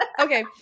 okay